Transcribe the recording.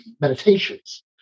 Meditations